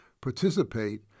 participate